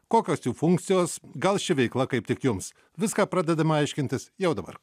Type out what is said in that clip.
kokios jų funkcijos gal ši veikla kaip tik jums viską pradedame aiškintis jau dabar